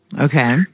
Okay